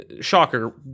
shocker